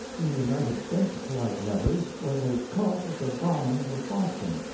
in the united states polite letters was a cult of the brahmins of boston,